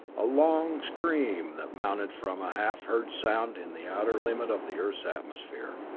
a long scream that mounted from a half-heard sound in the outer limits of the earth's atmosphere,